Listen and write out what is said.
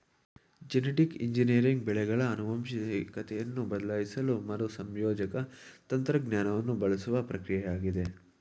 genetic engineering ಬೆಳೆಗಳ ಆನುವಂಶಿಕತೆಯನ್ನು ಬದಲಾಯಿಸಲು ಮರುಸಂಯೋಜಕ ತಂತ್ರಜ್ಞಾನವನ್ನು ಬಳಸುವ ಪ್ರಕ್ರಿಯೆಯಾಗಿದೆ